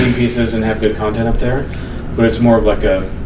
pieces and have good content up there but it's more like a